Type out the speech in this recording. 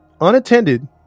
Unattended